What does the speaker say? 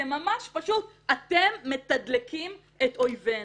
אתם ממש פשוט מתדלקים את אויבינו.